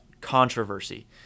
controversy